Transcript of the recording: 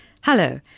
Hello